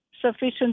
sufficient